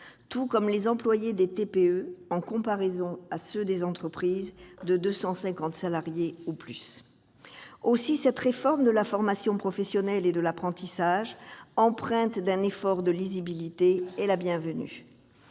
très petites entreprises par rapport à ceux des entreprises de 250 salariés et plus. Aussi, cette réforme de la formation professionnelle et de l'apprentissage, empreinte d'un effort de lisibilité, est la bienvenue.